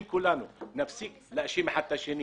אם כולנו נפסיק להאשים אחד את השני